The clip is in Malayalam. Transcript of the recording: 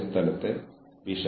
കൂടാതെ നമ്മൾ സുരക്ഷിതരായിരിക്കണം